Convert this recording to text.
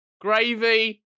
Gravy